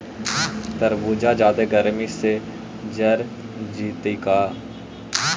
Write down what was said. तारबुज जादे गर्मी से जर जितै का?